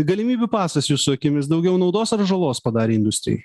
galimybių pasas jūsų akimis daugiau naudos ar žalos padarė industrijai